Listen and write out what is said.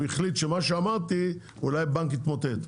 הוא החליט שמה שאמרתי אולי בנק יתמוטט.